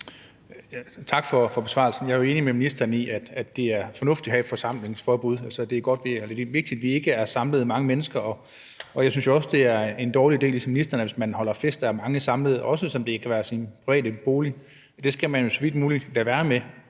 Tak for besvarelsen. Jeg er jo enig med ministeren i, at det er fornuftigt at have et forsamlingsforbud, at det er vigtigt, at vi ikke samles mange mennesker. Jeg synes jo også ligesom ministeren, at det er en dårlig idé, hvis man holder fester og er samlet mange, også selv om det er i ens private bolig. Det skal man jo så vidt muligt lade være med.